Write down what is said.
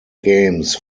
games